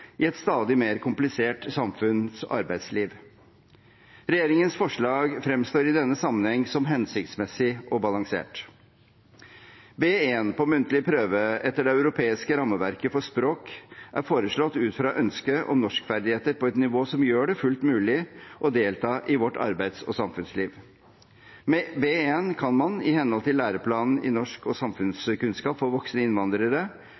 i et stadig mer komplisert samfunns- og arbeidsliv. Regjeringens forslag fremstår i denne sammenheng som hensiktsmessig og balansert. B1 på muntlig prøve etter det europeiske rammeverket for språk er foreslått ut fra ønsket om norskferdigheter på et nivå som gjør det fullt mulig å delta i vårt arbeids- og samfunnsliv. Med B1 skal man, i henhold til læreplanen i norsk og samfunnskunnskap for voksne innvandrere,